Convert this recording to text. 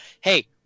hey